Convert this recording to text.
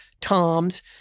toms